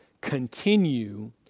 continue